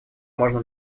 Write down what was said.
можно